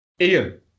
Ian